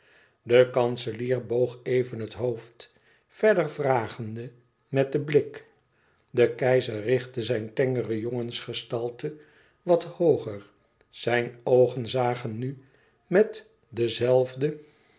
de kanselier boog even het hoofd verder vragende met den blik de keizer richtte zijn tengere jongensgestalte wat hooger zijn oogen zagen nu met den